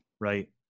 right